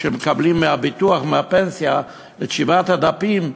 כשמקבלים מהביטוח ומהפנסיה את שבעת הדפים,